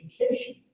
education